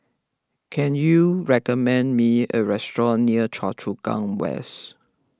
can you recommend me a restaurant near Choa Chu Kang West